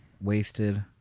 wasted